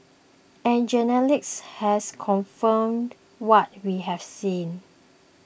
and genetics has confirmed what we have seen